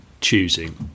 choosing